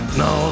no